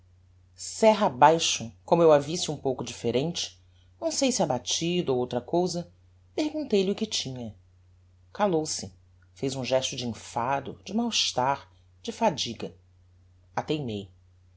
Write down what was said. serra abaixo como eu a visse um pouco differente não sei se abatida ou outra cousa perguntei-lhe o que tinha calou-se fez um gesto de enfado de máu estar de fadiga ateimei